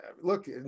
look